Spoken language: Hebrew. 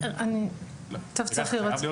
למיטב ידיעתי